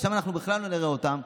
עכשיו אנחנו בכלל לא נראה אותם.